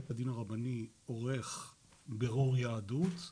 בית הדין הרבני עורך בירור יהדות,